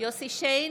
יוסף שיין,